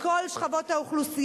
מכל שכבות האוכלוסייה,